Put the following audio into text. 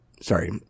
Sorry